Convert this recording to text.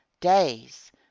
days